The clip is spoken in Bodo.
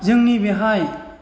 जोंनि बेवहाय